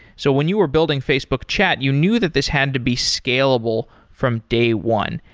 so when you were building facebook chat, you knew that this had to be scalable from day one.